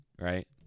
Right